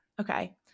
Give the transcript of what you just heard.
Okay